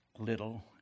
little